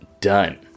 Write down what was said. done